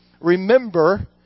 remember